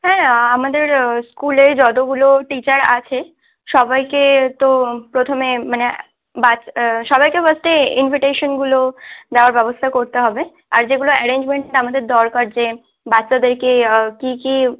হ্যাঁ আমাদের স্কুলের যতগুলো টিচার আছে সবাইকে তো প্রথমে মানে বাচ সবাইকে বলতে ইনভিটেশনগুলো দেওয়ার ব্যবস্থা করতে হবে আর যেগুলো অ্যারেঞ্জমেন্টস আমাদের দরকার যে বাচ্চাদেরকে কী কী